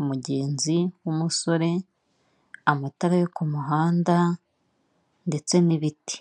umugenzi w'umusore, amatara yo ku muhanda ndetse n'ibiti.